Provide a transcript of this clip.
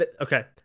Okay